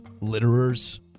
Litterers